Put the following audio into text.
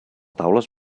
taules